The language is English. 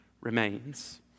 remains